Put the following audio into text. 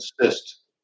assist